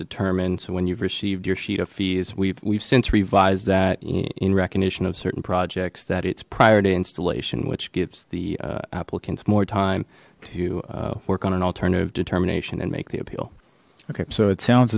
determined when you've received your sheet of fees we've we've since revised that in recognition of certain projects that it's prior to installation which gives the applicants more time to work on an alternative determination and make the appeal okay so it sounds